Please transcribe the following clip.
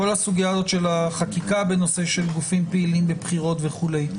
כל הסוגיה של החקיקה בנושא של גופים פעילים בבחירות וכולי,